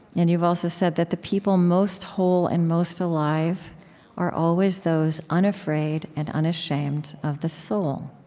and you've also said that the people most whole and most alive are always those unafraid and unashamed of the soul.